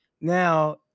now